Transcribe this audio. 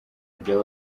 rya